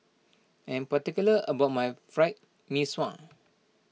I am particular about my Fried Mee Sua